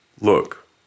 look